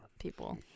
people